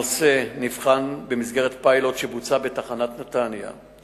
הנושא נבחן במסגרת פיילוט שבוצע בתחנת נתניה.